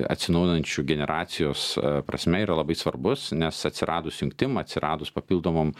atsinaujinančių generacijos prasme yra labai svarbus nes atsiradus jungtim atsiradus papildomom